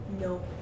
No